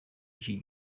iki